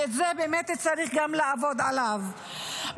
ובאמת צריך גם לעבוד עליו,